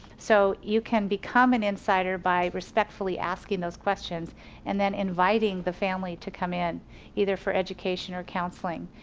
so you can become an insider by respectfully asking those questions and then inviting the family to come in either for education or counseling.